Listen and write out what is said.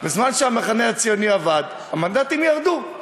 בזמן שהמחנה הציוני עבד, המנדטים ירדו.